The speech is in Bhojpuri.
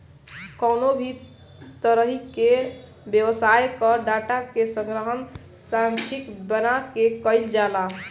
कवनो भी तरही के व्यवसाय कअ डाटा के संग्रहण सांख्यिकी बना के कईल जाला